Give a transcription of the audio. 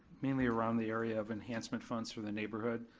mainly around the area of enhancement funds for the neighborhood.